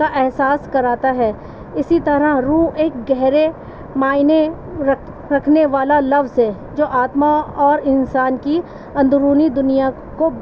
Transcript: کا احساس کراتا ہے اسی طرح روح ایک گہرے معنی رکھنے والا لفظ ہے جو آتما اور انسان کی اندورنی دنیا کو